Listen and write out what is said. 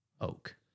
oak